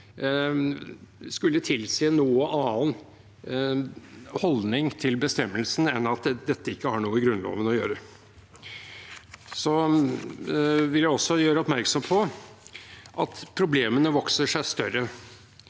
skulle vel tilsi en noe annen holdning til bestemmelsen enn at dette ikke har noe i Grunnloven å gjøre. Jeg vil også gjøre oppmerksom på at problemene vokser seg større.